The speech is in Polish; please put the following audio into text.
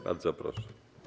Bardzo proszę.